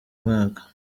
mwaka